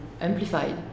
amplified